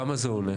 כמה זה עולה?